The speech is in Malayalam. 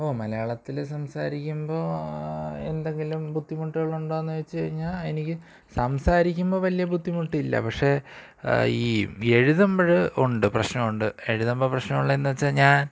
ഓ മലയാളത്തില് സംസാരിക്കുമ്പോൾ എന്തെങ്കിലും ബുദ്ധിമുട്ടുകൾ ഉണ്ടോ എന്ന് ചോദിച്ചുകഴിഞ്ഞാൽ എനിക്ക് സംസാരിക്കുമ്പോൾ വലിയ ബുദ്ധിമുട്ടില്ല പക്ഷേ ഈ എഴുതുമ്പോൾ ഉണ്ട് പ്രശ്നമുണ്ട് എഴുതുമ്പം പ്രശ്നം ഉള്ളതെന്ന് വെച്ചാൽ ഞാൻ